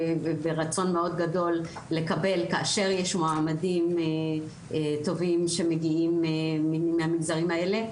ברצון מאוד גדול לקבל כאשר יש מועמדים טובים שמגיעים מהמגזרים האלה.